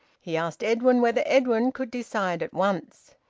he asked edwin whether edwin could decide at once.